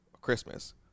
Christmas